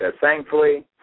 thankfully